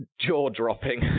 jaw-dropping